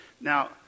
Now